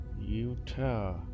Utah